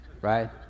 right